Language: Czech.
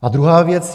A druhá věc.